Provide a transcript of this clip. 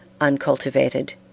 uncultivated